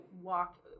walk